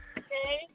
okay